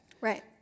right